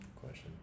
question